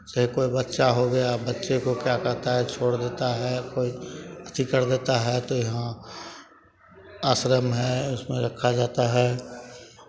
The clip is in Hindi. चाहे कोई बच्चा हो गया बच्चे को क्या कहता है छोड़ देता है कोई अथि कर देता है तो यहाँ आश्रम है उसमें रखा जाता है